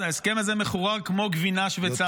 שההסכם הזה מחורר כמו גבינה שוויצרית.